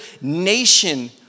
nation